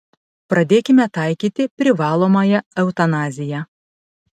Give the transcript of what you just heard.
pradėkime taikyti privalomąją eutanaziją